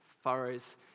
furrows